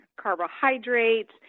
carbohydrates